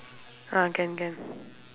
ah can can